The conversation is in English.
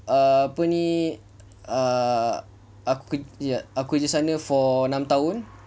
ah apa ni ah aku kerja sana for enam tahun